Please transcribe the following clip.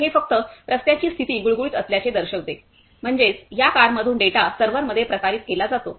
तर हे फक्त रस्त्यांची स्थिती गुळगुळीत असल्याचे दर्शवते म्हणजेच या कारमधून डेटा सर्व्हरमध्ये प्रसारित केला जातो